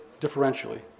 differentially